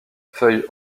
feuilles